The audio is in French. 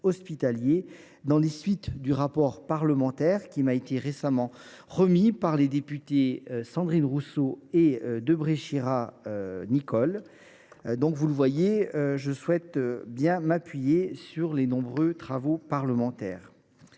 à la suite du rapport parlementaire qui m’a été récemment remis par les députées Sandrine Rousseau et Nicole Dubré Chirat. Vous le voyez, je compte bien m’appuyer sur les nombreux travaux parlementaires.